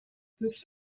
this